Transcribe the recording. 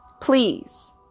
Please